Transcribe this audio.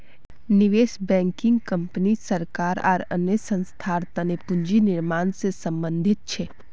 निवेश banking company सरकार आर अन्य संस्थार तने पूंजी निर्माण से संबंधित छे